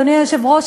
אדוני היושב-ראש,